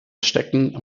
stecken